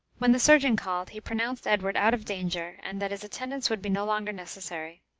when the surgeon called, he pronounced edward out of danger, and that his attendance would be no longer necessary.